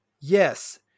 Yes